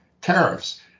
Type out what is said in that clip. tariffs